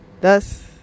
Thus